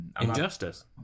Injustice